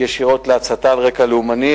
ישירות להצתה על רקע לאומני,